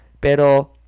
pero